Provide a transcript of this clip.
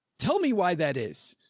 tell me why that is.